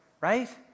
right